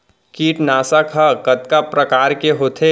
कीटनाशक ह कतका प्रकार के होथे?